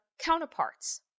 counterparts